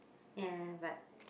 ya but